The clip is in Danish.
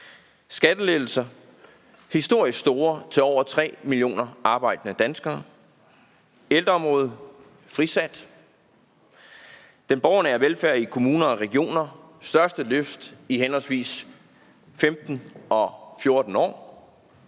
skattelettelser til over tre millioner arbejdende danskere, ældreområdet er frisat, den borgernære velfærd i kommuner og regioner får det største løft i henholdsvis 15 og 14 år,